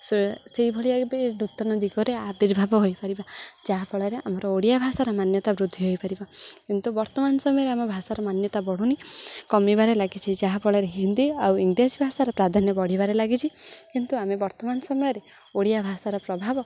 ସେ ସେଇଭଳିଆ ବି ନୂତନ ଦିଗରେ ଆବିର୍ଭାବ ହୋଇପାରିବା ଯାହାଫଳରେ ଆମର ଓଡ଼ିଆ ଭାଷାର ମାନ୍ୟତା ବୃଦ୍ଧି ହେଇପାରିବ କିନ୍ତୁ ବର୍ତ୍ତମାନ ସମୟରେ ଆମ ଭାଷାର ମାନ୍ୟତା ବଢ଼ୁନି କମିବାରେ ଲାଗିଛିି ଯାହାଫଳରେ ହିନ୍ଦୀ ଆଉ ଇଂରାଜୀ ଭାଷାର ପ୍ରାଧାନ୍ୟ ବଢ଼ିବାରେ ଲାଗିଛି କିନ୍ତୁ ଆମେ ବର୍ତ୍ତମାନ ସମୟରେ ଓଡ଼ିଆ ଭାଷାର ପ୍ରଭାବ